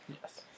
Yes